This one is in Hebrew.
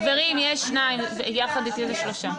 חברים, יש שניים, יחד איתי זה שלושה.